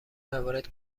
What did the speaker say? موارد